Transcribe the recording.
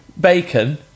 bacon